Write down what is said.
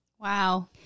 Wow